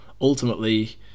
ultimately